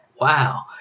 wow